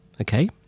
okay